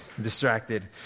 Distracted